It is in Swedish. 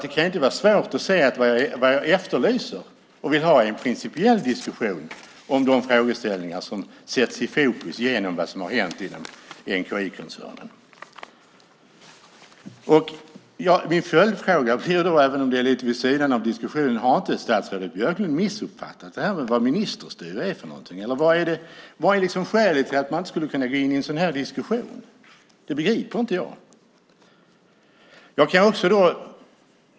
Det kan ju inte vara svårt att se att vad jag efterlyser och vill ha är en principiell diskussion om de frågeställningar som sätts i fokus genom vad som har hänt inom NTI-koncernen. Min följdfråga blir - även om det blir lite vid sidan av diskussionen - om inte statsrådet Björklund har missuppfattat vad ministerstyre är för någonting. Eller vad är skälet till att man inte skulle kunna gå in i en sådan här diskussion? Det begriper inte jag.